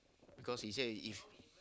because he said if